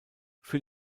für